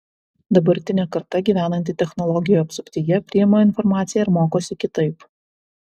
dabartinė karta gyvenanti technologijų apsuptyje priima informaciją ir mokosi kitaip